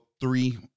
three